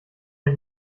der